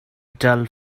dull